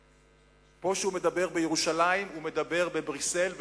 שכמו שהוא מדבר בירושלים הוא מדבר בבריסל,